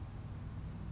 that brand